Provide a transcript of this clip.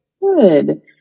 Good